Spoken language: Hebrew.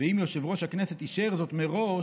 ואם יושב-ראש הכנסת אישר זאת מראש,